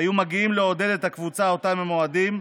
היו מגיעים לעודד את הקבוצה שהם אוהדים,